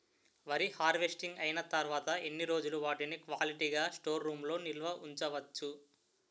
వరి హార్వెస్టింగ్ అయినా తరువత ఎన్ని రోజులు వాటిని క్వాలిటీ గ స్టోర్ రూమ్ లొ నిల్వ ఉంచ వచ్చు?